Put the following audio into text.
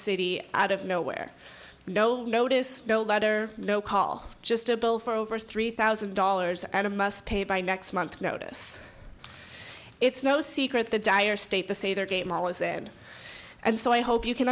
city out of nowhere no notice no letter no call just a bill for over three thousand dollars and must pay by next month's notice it's no secret the dire state to say their game all is said and so i hope you can